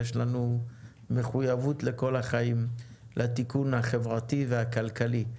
יש לנו מחויבות לכל החיים לתיקון החברתי והכלכלי.